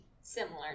similar